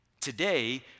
Today